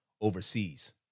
overseas